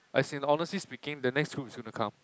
as in honestly speaking the next group is going to come